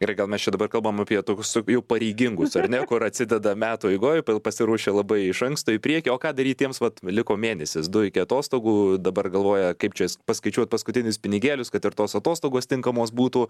gerai gal mes čia dabar kalbam apie tokius jau pareigingus ar ne kur atsideda metų eigoj pasiruošia labai iš anksto į priekį o ką daryt tiems vat liko mėnesis du iki atostogų dabar galvoja kaip čia paskaičiuot paskutinius pinigėlius kad ir tos atostogos tinkamos būtų